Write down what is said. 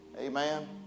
Amen